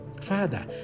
Father